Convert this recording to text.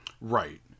Right